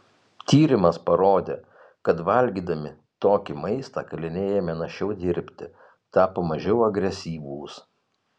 tyrimas parodė kad valgydami tokį maistą kaliniai ėmė našiau dirbti tapo mažiau agresyvūs